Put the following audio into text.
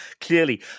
clearly